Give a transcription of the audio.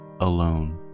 alone